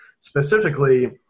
specifically